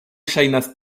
ŝajnas